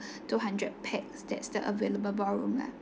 two hundred pax there's still available ballroom lah